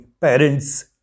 parents